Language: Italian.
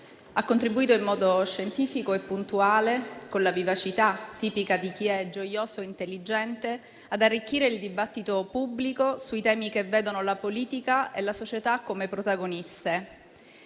ha contribuito in modo scientifico e puntuale, con la vivacità tipica di chi è gioioso e intelligente, ad arricchire il dibattito pubblico sui temi che vedono la politica e la società come protagoniste.